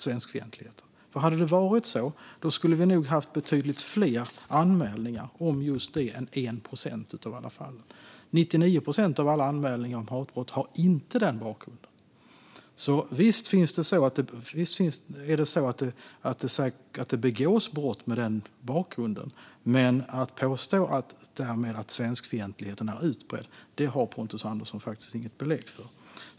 Om det hade varit på det sättet hade vi nog haft betydligt fler anmälningar än 1 procent av alla fall om just det. 99 procent av alla anmälningar om hatbrott har inte den bakgrunden. Visst begås det brott med den bakgrunden. Men att därmed påstå att svenskfientligheten är utbredd har Pontus Andersson inget belägg för.